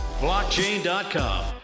Blockchain.com